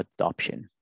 adoption